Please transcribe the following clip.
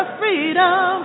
freedom